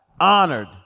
honored